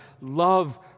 love